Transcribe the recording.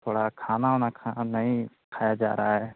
थोड़ा खाना ओना नहीं खाया जा रहा है